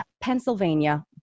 Pennsylvania